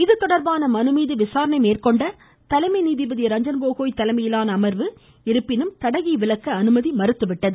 இதுதொடர்பான மனுமீது விசாரணை மேற்கொண்ட தலைமை நீதிபதி ரஞ்சன்கோகோய் தலைமையிலான அமர்வு இருப்பினும் இந்த தடையை விலக்க அனுமதி மறுத்து விட்டது